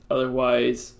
Otherwise